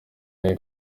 kandi